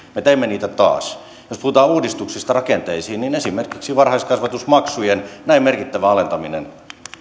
teimme niitä taas jos puhutaan uudistuksista rakenteisiin niin esimerkiksi varhaiskasvatusmaksujen näin merkittävä alentaminen